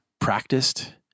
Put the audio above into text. Practiced